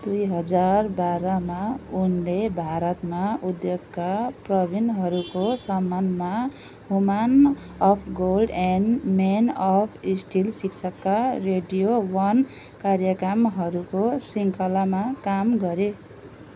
दुई हजार बाह्रमा उनले भारतमा उद्योगका प्रवीणहरूको सम्मानमा woman of gold and men of steel शीर्षकका रेडियो वन कार्यक्रमहरूको शृङ्खलामा काम गरे